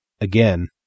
Again